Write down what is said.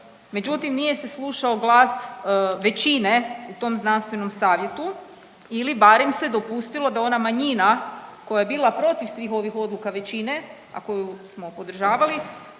međutim nije se slušao glas većine u tom znanstvenom savjetu ili barem se dopustilo da ona manjina koja je bila protiv svih ovih odluka većine, a koju smo podržavali